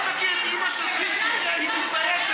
תתבייש לך.